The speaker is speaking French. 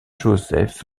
joseph